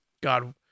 God